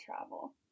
travel